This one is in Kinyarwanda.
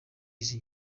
izi